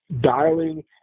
dialing